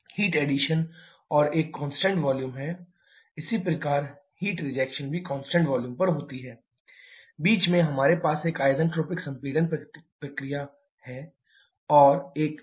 heat addition और एक constant volume है इसी प्रकार हीट रिजेक्शन भी कांस्टेंट वॉल्यूम पर होती है बीच में हमारे पास एक आइसेंट्रोपिक सम्पीडन प्रक्रिया और एक आइसेंट्रोपिक विस्तार प्रक्रिया होती है